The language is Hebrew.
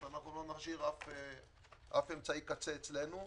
לא נשאיר אף אמצעי קצה אצלנו.